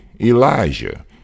Elijah